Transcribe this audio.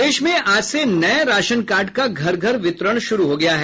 प्रदेश में आज से नये राशन कार्ड का घर घर वितरण शुरू हो गया है